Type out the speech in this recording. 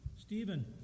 Stephen